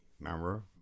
remember